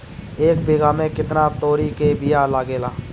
एक बिगहा में केतना तोरी के बिया लागेला?